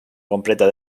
completa